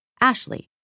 Ashley